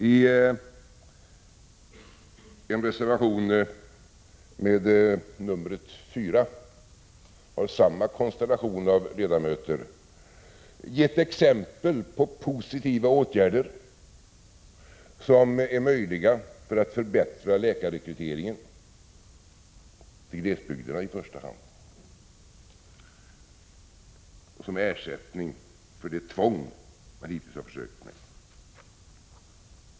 I en reservation med nr 4 har samma konstellation av ledamöter gett exempel på positiva åtgärder som är möjliga för att förbättra läkarrekryteringen i första hand i glesbygderna, som ersättning för det tvång som man hittills har försökt med.